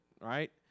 right